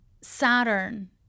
Saturn